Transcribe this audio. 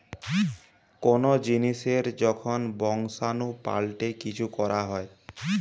কোন জিনিসের যখন বংশাণু পাল্টে কিছু করা হয়